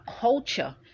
culture